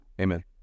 Amen